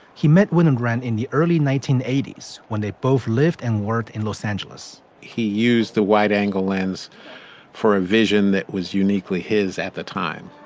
he met winogrand in the early nineteen eighty s when they both lived and worked in los angeles he used the wide angle lens for a vision that was uniquely his at the time.